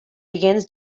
begins